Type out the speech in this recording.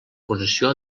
posició